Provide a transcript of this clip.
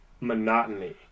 monotony